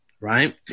Right